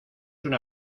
una